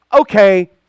okay